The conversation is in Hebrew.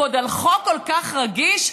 ועוד על חוק כל כך רגיש.